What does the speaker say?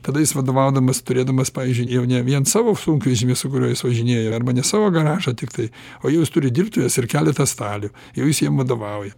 tada jis vadovaudamas turėdamas pavyzdžiui jau ne vien savo sunkvežimį su kuriuo jis važinėja arba ne savo garažą tiktai o jūs turit dirbtuves ir keletą stalių jau jis jiem vadovauja